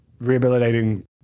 rehabilitating